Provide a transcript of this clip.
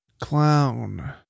Clown